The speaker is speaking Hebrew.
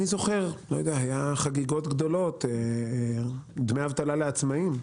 אני זוכר את החגיגות הגדולות של דמי האבטלה לעצמאים.